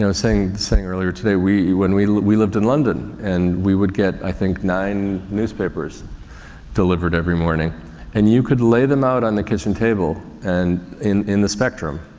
you know saying, just saying earlier today, we, when we, we lived in london and we would get i think nine newspapers delivered every morning and you could lay them out on the kitchen table and in, in the spectrum,